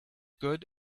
good